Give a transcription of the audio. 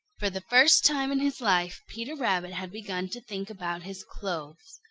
for the first time in his life peter rabbit had begun to think about his clothes.